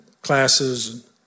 classes